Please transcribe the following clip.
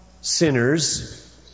sinners